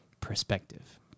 perspective